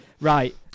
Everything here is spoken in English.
Right